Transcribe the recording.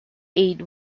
ade